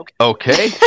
Okay